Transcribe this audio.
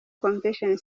convention